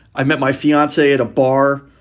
i met my fiancee at a bar.